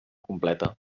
completa